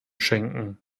schenken